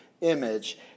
image